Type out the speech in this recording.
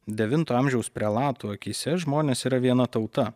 devinto amžiaus prelatų akyse žmonės yra viena tauta